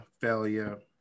failure